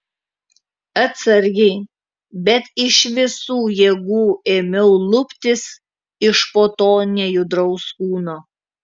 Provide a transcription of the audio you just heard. atsargiai bet iš visų jėgų ėmiau luptis iš po to nejudraus kūno